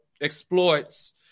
exploits